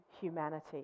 humanity